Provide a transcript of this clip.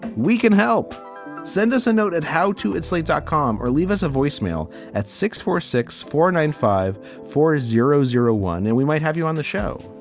we can help send us a note at how to it's slate dotcom or leave us a voicemail at six four six four nine five four zero zero one. and we might have you on the show.